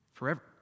forever